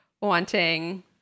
wanting